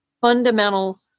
fundamental